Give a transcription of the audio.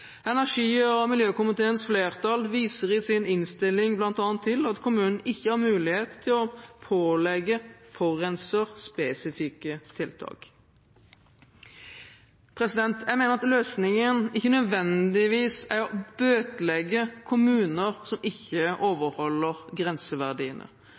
Energi- og miljøkomiteens flertall viser i sin innstilling bl.a. til at kommunen ikke har mulighet til å pålegge forurenser spesifikke tiltak. Jeg mener at løsningen ikke nødvendigvis er å bøtelegge kommuner som ikke overholder grenseverdiene.